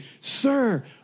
Sir